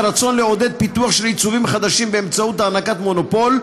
הרצון לעודד פיתוח של עיצובים חדשים באמצעות הענקת מונופול,